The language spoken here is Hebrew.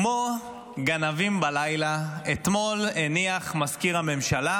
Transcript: כמו גנבים בלילה הניח אתמול מזכיר הממשלה